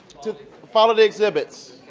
follow the exhibits.